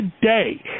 today